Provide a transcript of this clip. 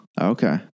Okay